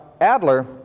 Adler